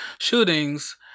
shootings